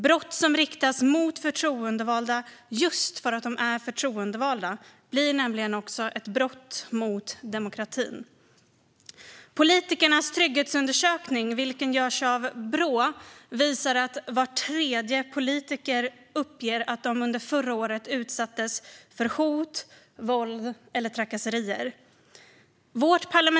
Brott som riktas mot förtroendevalda just för att de är förtroendevalda blir nämligen ett brott även mot demokratin. Politikernas trygghetsundersökning, vilken görs av Brå, visar att var tredje politiker uppger att de utsattes för hot, våld eller trakasserier under förra året.